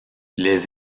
les